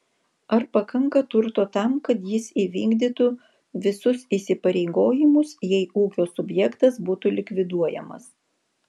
ar pakanka turto tam kad jis įvykdytų visus įsipareigojimus jei ūkio subjektas būtų likviduojamas